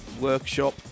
workshop